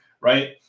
Right